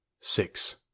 Six